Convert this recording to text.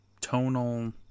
tonal